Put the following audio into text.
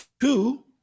two